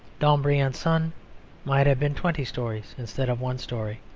dombey and son might have been twenty stories instead of one story.